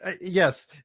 Yes